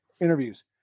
interviews